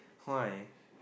why